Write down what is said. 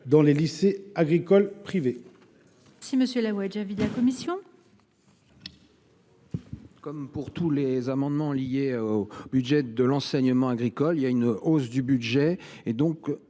dans les lycées agricoles privés.